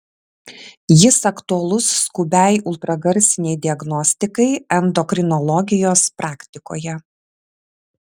jis aktualus skubiai ultragarsinei diagnostikai endokrinologijos praktikoje